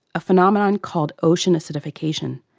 a phenomenon called ocean acidification.